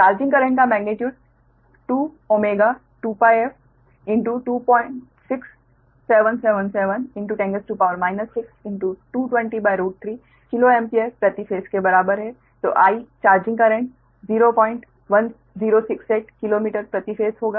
charging current का magnitude 2ω 2πf2677710 62203 kilo ampere प्रति phase के बराबर है तो I charging current 01068 kilometre प्रति फेस होगा